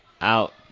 Out